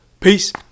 Peace